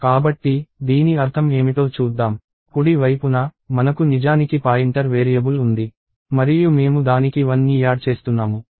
కాబట్టి దీని అర్థం ఏమిటో చూద్దాం కుడి వైపున మనకు నిజానికి పాయింటర్ వేరియబుల్ ఉంది మరియు మేము దానికి 1ని యాడ్ చేస్తున్నాము